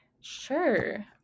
Sure